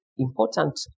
important